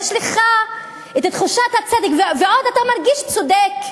יש לך את תחושת הצדק ועוד אתה מרגיש צודק.